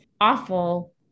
awful